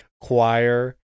choir